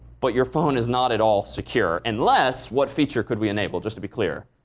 but your phone is not at all secure unless what feature could we enable, just to be clear,